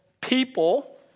people